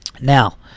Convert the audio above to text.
now